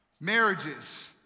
Marriages